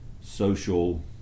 social